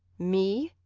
me?